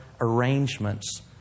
Arrangements